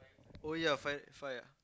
oh ya five five ah